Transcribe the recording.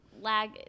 lag